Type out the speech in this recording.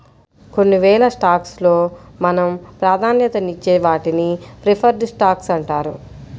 కొన్నివేల స్టాక్స్ లో మనం ప్రాధాన్యతనిచ్చే వాటిని ప్రిఫర్డ్ స్టాక్స్ అంటారు